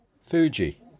Fuji